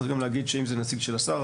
צריך גם להגיד שאם זה נציג של השר,